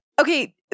Okay